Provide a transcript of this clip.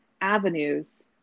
avenues